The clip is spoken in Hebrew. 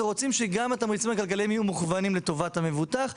ורוצים שגם התמריצים הכלכליים יהיו מוכוונים לטובת המבוטח,